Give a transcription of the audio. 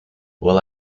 well